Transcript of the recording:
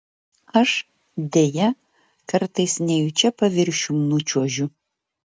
aš deja kartais nejučia paviršium nučiuožiu